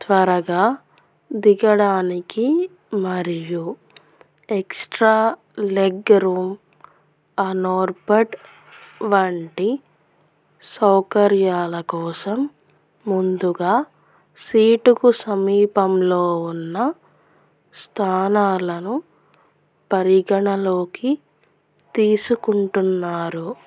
త్వరగా దిగడానికి మరియు ఎక్స్స్ట్రా లెగ్ రూమ్ అనోర్బట్ వంటి సౌకర్యాల కోసం ముందుగా సీటుకు సమీపంలో ఉన్న స్థానాలను పరిగణలోకి తీసుకుంటున్నారు